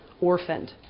orphaned